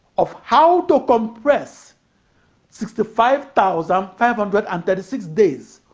of how to compress sixty five thousand five hundred and thirty six days,